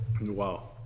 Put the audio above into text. Wow